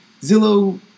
Zillow